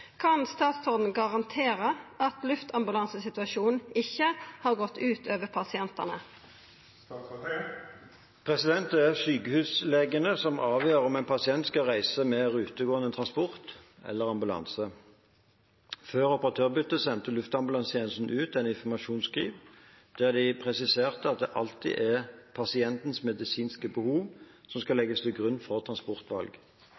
Kan statsråden garantere at luftambulansesituasjonen ikkje har gått ut over pasientane?» Det er sykehuslegene som avgjør om en pasient skal reise med rutegående transport eller ambulanse. Før operatørbyttet sendte Luftambulansetjenesten ut et informasjonsskriv der de presiserte at det alltid er pasientens medisinske behov som skal